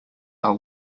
are